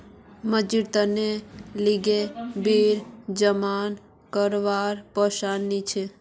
मनजीतेर लीगी बिल जमा करवार पैसा नि छी